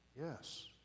yes